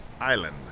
island